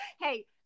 Hey